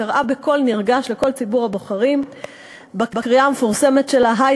היא קראה בקול נרגש לכל ציבור הבוחרים בקריאה המפורסמת שלה,